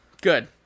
Good